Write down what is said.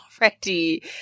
already